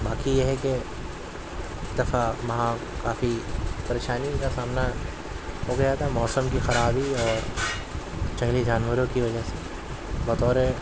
باقی یہ ہے کہ اتفاق وہاں کافی پریشانی کا سامنا ہو گیا تھا موسم کی خرابی اور جنگلی جانوروں کی وجہ سے بطورے